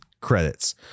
credits